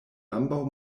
ambaŭ